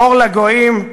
אור לגויים,